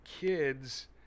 kids